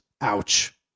Ouch